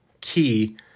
key